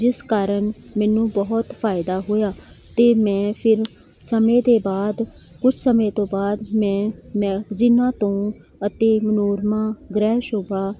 ਜਿਸ ਕਾਰਨ ਮੈਨੂੰ ਬਹੁਤ ਫਾਇਦਾ ਹੋਇਆ ਅਤੇ ਮੈਂ ਫਿਰ ਸਮੇਂ ਦੇ ਬਾਅਦ ਕੁਛ ਸਮੇਂ ਤੋਂ ਬਾਅਦ ਮੈਂ ਮੈਗਜੀਨਾਂ ਤੋਂ ਅਤੇ ਮਨੋਰਮਾ ਗ੍ਰਹਿ ਸ਼ੋਭਾ